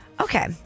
Okay